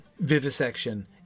vivisection